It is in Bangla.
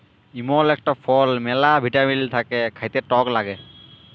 ইমল ইকটা ফল ম্যালা ভিটামিল থাক্যে খাতে টক লাগ্যে